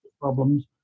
problems